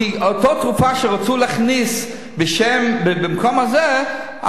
כי אותה תרופה שרצו להכניס במקום הזה,